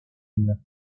île